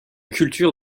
culture